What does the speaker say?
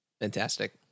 Fantastic